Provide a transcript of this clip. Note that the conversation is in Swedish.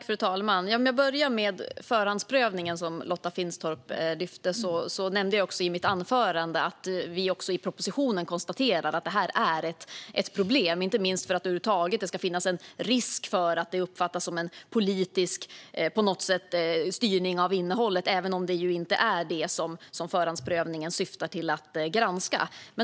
Fru talman! För att börja med förhandsprövningen, som Lotta Finstorp lyfte fram, nämnde jag i mitt anförande att vi i propositionen konstaterar att det är ett problem om det över huvud taget kan finnas en risk för att det på något sätt uppfattas som en politisk styrning av innehållet. Det är ju inte det som förhandsprövningen syftar till att granska.